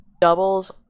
doubles